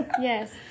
yes